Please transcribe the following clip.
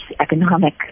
economic